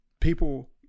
people